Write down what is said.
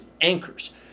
anchors